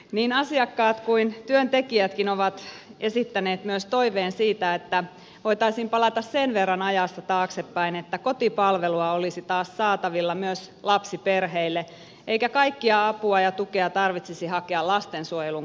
niin asiakkaat kuin työntekijätkin ovat esittäneet myös toiveen siitä että voitaisiin palata sen verran ajassa taaksepäin että kotipalvelua olisi taas saatavilla myös lapsiperheille eikä kaikkea apua ja tukea tarvitsisi hakea lastensuojelun kautta